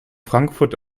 frankfurt